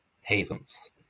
havens